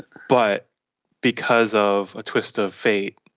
but because of a twist of fate,